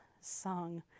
sung